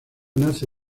nace